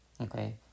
Okay